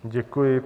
Děkuji.